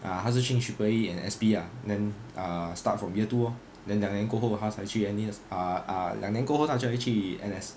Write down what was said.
ah 他是 change triple E and S_P ah then ah start from year two lor then 两年过后他才去 N_S ah ah 两年过后他才去 N_S